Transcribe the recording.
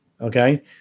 Okay